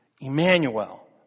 Emmanuel